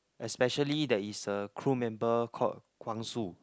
especially there is a crew member called Kwang-Soo